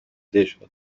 دژها